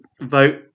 vote